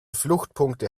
fluchtpunkte